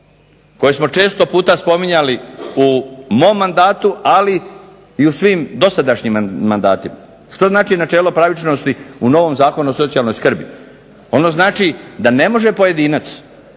koje smo često puta spominjali u mom mandatu, ali i u svim dosadašnjim mandatima. Što znači načelo pravičnosti u novom Zakonu o socijalnoj skrbi? Ono znači da ne može pojedinac,